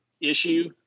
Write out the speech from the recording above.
issue